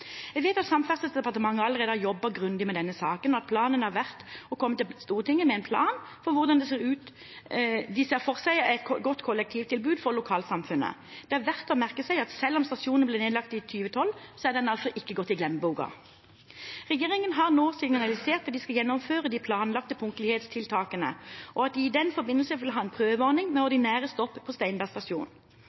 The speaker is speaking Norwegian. Jeg vet at Samferdselsdepartementet allerede har jobbet grundig med denne saken, og at planen har vært å komme til Stortinget med en plan for hvordan de ser for seg et godt kollektivtilbud for lokalsamfunnet. Det er verdt å merke seg at selv om stasjonen ble nedlagt i 2012, er den ikke gått i glemmeboka. Regjeringen har nå signalisert at de skal gjennomføre de planlagte punktlighetstiltakene, og at de i den forbindelse vil ha en prøveordning med ordinære stopp på